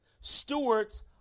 Stewards